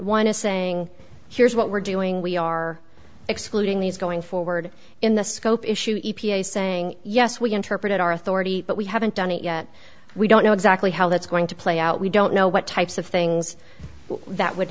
one is saying here's what we're doing we are excluding these going forward in the scope issue e p a saying yes we interpreted our authority but we haven't done it yet we don't know exactly how that's going to play out we don't know what types of things that would